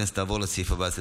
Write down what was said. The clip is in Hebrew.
עשרה בעד.